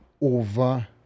over